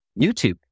YouTube